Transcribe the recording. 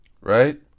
Right